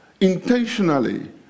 intentionally